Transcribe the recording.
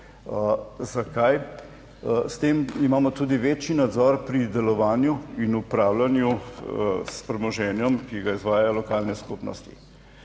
ker s tem imamo tudi večji nadzor nad delovanjem upravljanjem s premoženjem, ki ga izvajajo lokalne skupnosti.